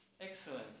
excellent